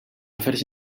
afers